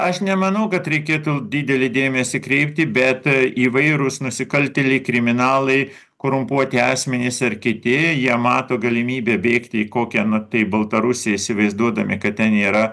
aš nemanau kad reikėtų didelį dėmesį kreipti bet įvairūs nusikaltėliai kriminalai korumpuoti asmenys ar kiti jie mato galimybę bėgti į kokią nu tai baltarusiją įsivaizduodami kad ten yra